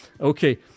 okay